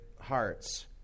hearts